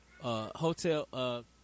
Hotel